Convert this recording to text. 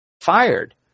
fired